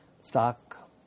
stock